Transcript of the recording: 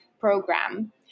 program